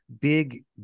big